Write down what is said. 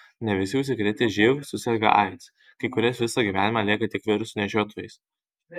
ne visi užsikrėtę živ suserga aids kai kurie visą gyvenimą lieka tik viruso nešiotojais